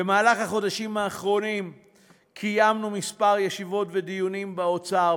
בחודשים האחרונים קיימנו כמה ישיבות ודיונים באוצר,